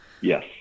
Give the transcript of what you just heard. yes